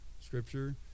scripture